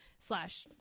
slash